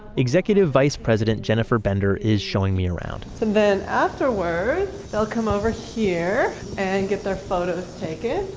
executive vice president jennifer bender is showing me around so then afterwards they'll come over here and get their photos taken.